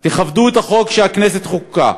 תכבדו את החוק שהכנסת חוקקה,